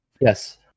yes